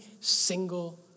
single